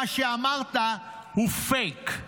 מה שאמרת הוא פייק.